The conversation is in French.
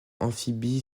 amphibie